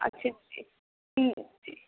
اچھا جی جی